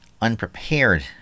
unprepared